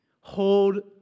hold